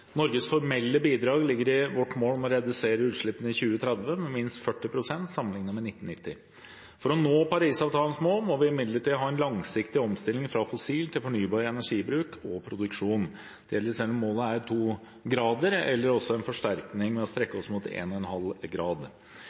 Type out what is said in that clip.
Norges formelle bidrag ligger i vårt mål om å redusere utslippene i 2030 med minst 40 pst. sammenlignet med 1990. For å nå Parisavtalens mål må vi imidlertid ha en langsiktig omstilling fra fossil til fornybar energibruk og -produksjon. Det gjelder selv om målet er 2 grader, eller også en forsterkning ved å strekke oss mot 1,5 grad. Denne regjeringen har vernet Lofoten, Vesterålen og